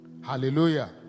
Hallelujah